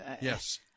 Yes